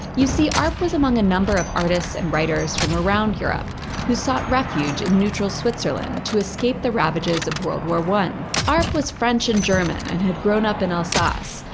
you see, arp was among a number of artists and writers from around europe who sought refuge in neutral switzerland to escape the ravages of world war i. arp was french and german and had grown up in alsace.